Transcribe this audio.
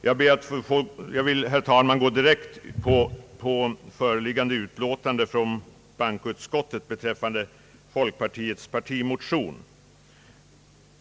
Jag vill, herr talman, gå direkt på föreliggande utlåtande från bankoutskottet beträffande folkpartiets partimotioner.